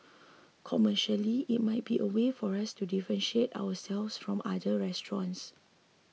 commercially it might be a way for us to differentiate ourselves from other restaurants